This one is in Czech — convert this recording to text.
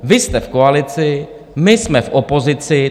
Vy jste v koalici, my jsme v opozici.